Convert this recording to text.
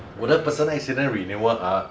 我的 personal accident renewal ah